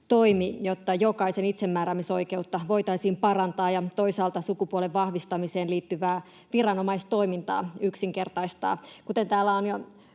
toimi, jotta jokaisen itsemääräämisoikeutta voitaisiin parantaa ja toisaalta sukupuolen vahvistamiseen liittyvää viranomaistoimintaa yksinkertaistaa. Kuten täällä on jo